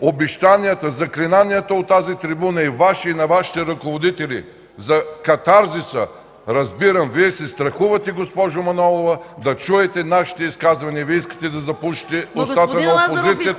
обещанията, заклинанията от тази трибуна – Ваши и на Вашите ръководители, за катарзиса. Разбирам, Вие се страхувате, госпожо Манолова, да чуете нашите изказвания, Вие искате да запушите устата на опозицията. ПРЕДСЕДАТЕЛ МАЯ МАНОЛОВА: Господин